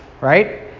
Right